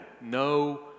no